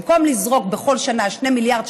במקום לזרוק בכל שנה 2 מיליארד שקלים,